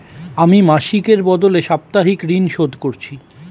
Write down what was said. আমি মাসিকের বদলে সাপ্তাহিক ঋন শোধ করছি